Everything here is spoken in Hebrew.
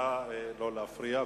נא לא להפריע.